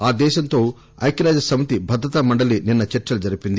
ఆ దేశంతో ఐక్యరాజ్య సమితి భద్రతా మండలీ నిన్న చర్చలు జరిపింది